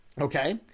okay